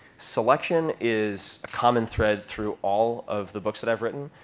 selection is a common thread through all of the books that i've written.